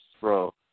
bro